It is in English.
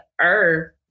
earth